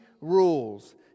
rules